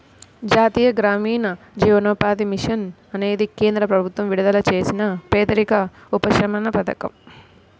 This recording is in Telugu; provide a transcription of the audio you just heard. జాతీయ గ్రామీణ జీవనోపాధి మిషన్ అనేది కేంద్ర ప్రభుత్వం విడుదల చేసిన పేదరిక ఉపశమన పథకం